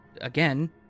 again